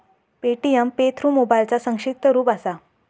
Paytm pay through मोबाईलचा संक्षिप्त रूप असा